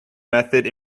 method